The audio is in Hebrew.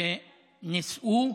והם נישאו.